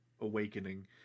Awakening